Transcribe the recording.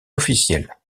officielles